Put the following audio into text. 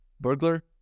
Burglar